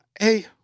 hey